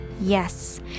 Yes